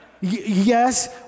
yes